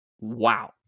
wow